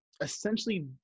essentially